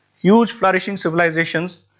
huge flourishing civilizations,